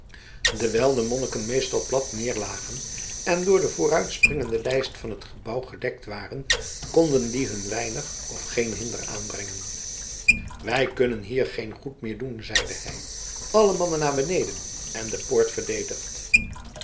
dewijl de monniken meestal plat neerlagen en door de vooruitspringende lijst van het gebouw gedekt waren konden die hun weinig of geen hinder aanbrengen wij kunnen hier geen goed meer doen zeide hij alle man naar beneden en de poort verdedigd